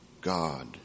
God